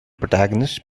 protagonist